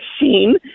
machine